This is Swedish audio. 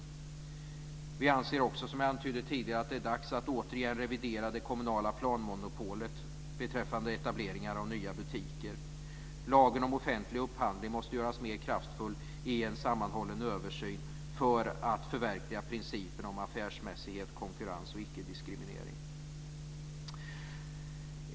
Som jag antydde tidigare anser vi också att det är dags att återigen revidera det kommunala planmonopolet beträffande etableringar av nya butiker. Lagen om offentlig upphandling måste göras mer kraftfull i en sammanhållen översyn för att förverkliga principerna om affärsmässighet, konkurrens och icke-diskriminering.